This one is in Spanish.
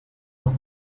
los